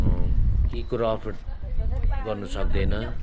केही कुरो अफर्ड गर्नुसक्दैन